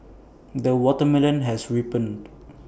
the watermelon has ripened